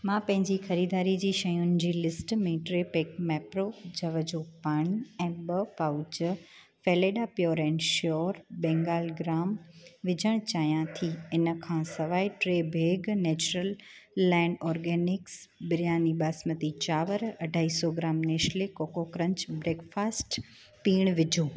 मां पंहिंजी खरीदारी जी शयुनि जी लिस्ट में टे पैक मेप्रो जव जो पाणी ऐं ॿ पाउच फेलेडा pure and sure Bengal gram विझण चाहियां थी इन खां सवाए टे bag Natureland organics biryani basmati चांवर अढाई सौ gram Nestle Koko Krunch breakfast cereal पिण विझो